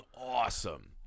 awesome